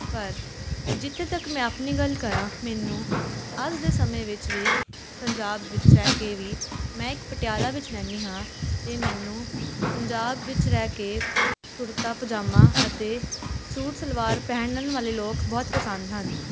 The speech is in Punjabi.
ਪਰ ਜਿੱਥੇ ਤੱਕ ਮੈਂ ਆਪਣੀ ਗੱਲ ਕਰਾਂ ਮੈਨੂੰ ਅੱਜ ਦੇ ਸਮੇਂ ਵਿੱਚ ਵੀ ਪੰਜਾਬ ਵਿੱਚ ਰਹਿ ਕੇ ਵੀ ਮੈਂ ਇੱਕ ਪਟਿਆਲਾ ਵਿੱਚ ਰਹਿੰਦੀ ਹਾਂ ਅਤੇ ਮੈਨੂੰ ਪੰਜਾਬ ਵਿੱਚ ਰਹਿ ਕੇ ਕੁੜਤਾ ਪਜਾਮਾ ਅਤੇ ਸੂਟ ਸਲਵਾਰ ਪਹਿਨਣ ਵਾਲੇ ਲੋਕ ਬਹੁਤ ਪਸੰਦ ਹਨ